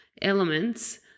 Elements